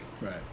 right